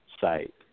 site